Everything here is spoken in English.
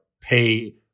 pay